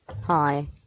Hi